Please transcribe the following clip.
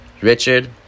Richard